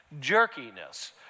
jerkiness